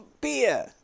beer